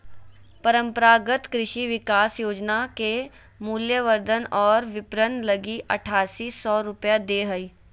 परम्परागत कृषि विकास योजना के मूल्यवर्धन और विपरण लगी आठासी सौ रूपया दे हइ